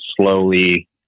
slowly